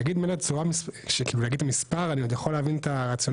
להגיד את המספר אני עוד יכול להבין את הרציונל,